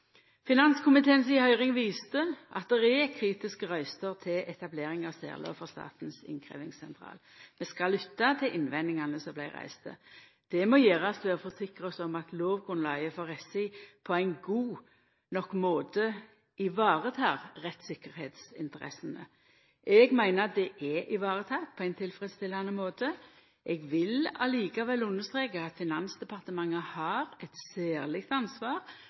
høyring viste at det er kritiske røyster til etablering av særlov for Statens innkrevjingssentral. Vi skal lytta til innvendingane som vart reiste. Det må gjerast ved å forsikra oss om at lovgrunnlaget for SI på ein god nok måte varetek rettstryggleiksinteressene. Eg meiner dei er varetekne på ein tilfredsstillande måte. Eg vil likevel understreka at Finansdepartementet har eit særleg ansvar